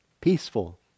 peaceful